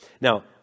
Now